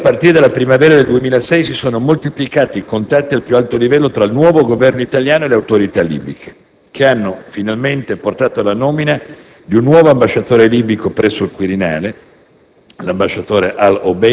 In questo contesto, a partire dalla primavera del 2006, si sono moltiplicati i contatti al più alto livello tra il nuovo Governo italiano e le autorità libiche, che hanno finalmente portato alla nomina di un nuovo ambasciatore libico presso il Quirinale.